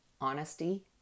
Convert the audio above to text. Honesty